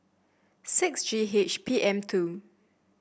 six G H P M two